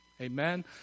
Amen